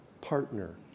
partner